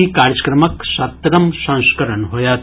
ई कार्यक्रमक सत्तरिम् संस्करण होयत